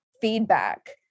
feedback